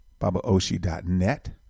babaoshi.net